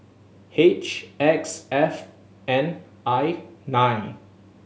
H X F N I nine